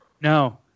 No